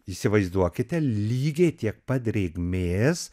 įsivaizduokite lygiai tiek pat drėgmės